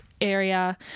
area